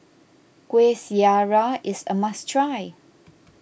Kueh Syara is a must try